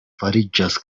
fariĝas